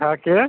হ্যাঁ কে